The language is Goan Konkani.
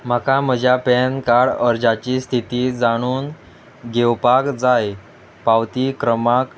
म्हाका म्हज्या पॅनकार्ड अर्जाची स्थिती जाणून घेवपाक जाय पावती क्रमांक